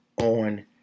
on